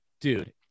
dude